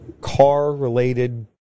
car-related